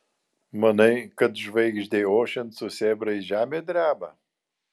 manai kad žvaigždei ošiant su sėbrais žemė dreba